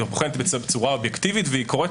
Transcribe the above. היא בוחנת בצורה אובייקטיבית והיא קוראת